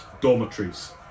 dormitories